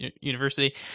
university